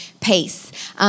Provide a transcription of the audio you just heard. pace